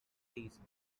season